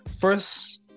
First